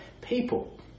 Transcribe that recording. people